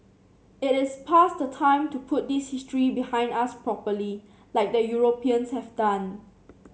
it is past the time to put this history behind us properly like the Europeans have done